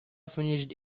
finished